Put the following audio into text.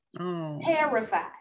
terrified